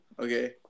Okay